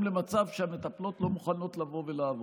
למצב שהמטפלות לא מוכנות לבוא לעבוד.